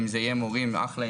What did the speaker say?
אם זה יהיה מורים אחלה.